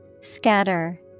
Scatter